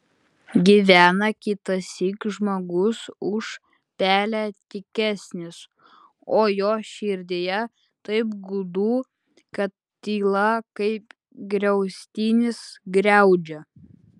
gyvena kitąsyk žmogus už pelę tykesnis o jo širdyje taip gūdu kad tyla kaip griaustinis griaudžia